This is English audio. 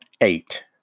eight